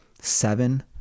seven